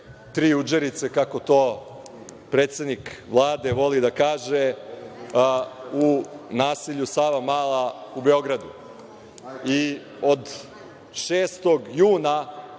tri udžerice, kako to predsednik Vlade voli da kaže, u naselju Savamala u Beogradu. Od 6. juna,